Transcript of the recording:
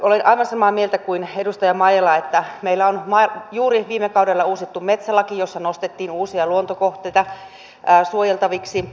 olen aivan samaa mieltä kuin edustaja maijala että meillä on juuri viime kaudella uusittu metsälaki jossa nostettiin uusia luontokohteita suojeltaviksi